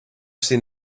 seen